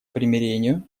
примирению